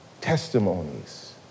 testimonies